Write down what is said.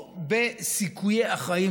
ביקש את הבקשה